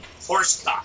Horsecock